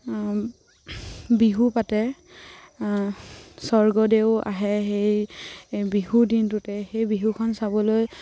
বিহু পাতে স্বৰ্গদেউ আহে সেই বিহুৰ দিনটোতে সেই বিহুখন চাবলৈ